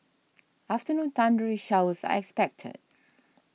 afternoon thundery showers expected